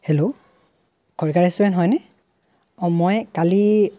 hello Kalita restaurant হয়নে অ মই কালি